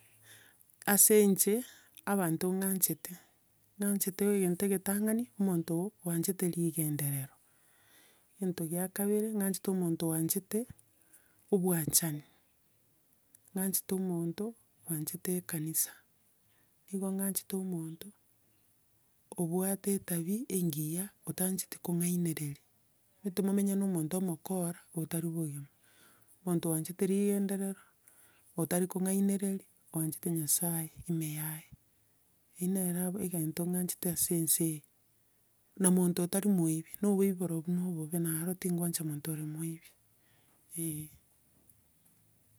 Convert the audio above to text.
ase inche, abanto ng'anchete, ng'anchete egento egetang'ani, omonto oachete rigenderero. Egento kia kabere, ng'anchete oonto oanchete, obwanchani ng'anchete omonto bwanchete ekanisa. Nigo ng'anchete omonto obwate etabia engiya otaancheti kong'ainereria. Omanyete momenye na omonto omokora, otari bogemu, omonto oanchete rigenderero, otari kong'ainereria, oanchete nyasae ime yaye eyio nere aba egento ng'anchete ase ense eye. Na omonto otari moibi, na oboibi borobwo na obobe, naro tinkoancha omonto ore moibi, eh.